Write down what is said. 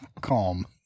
Calm